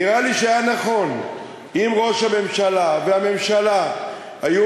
נראה לי שהיה נכון אם ראש הממשלה והממשלה היו